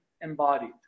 embodied